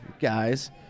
guys